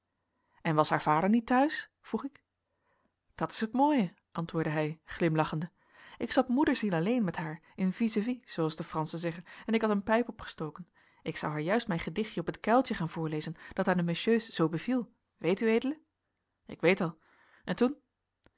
en was haar vader niet te huis vroeg ik dat is het mooie antwoordde hij glimlachende ik zat moerziel alleen met haar in viezevie zooals de franschen zeggen en ik had een pijp opgestoken ik zou haar juist mijn gedichtje op het kuiltje gaan voorlezen dat aan de messieurs zoo beviel weet ued ik weet al en toen